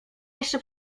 jeszcze